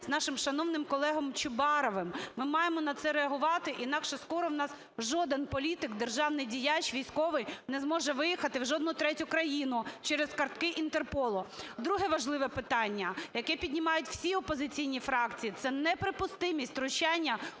з нашим шановним колегою Чубаровим. Ми маємо на це реагувати, інакше скоро у нас жоден політик, державний діяч, військовий не зможе виїхати в жодну третю країну через картки Інтерполу. Друге важливе питання, яке піднімають всі опозиційні фракції, – це неприпустимість втручання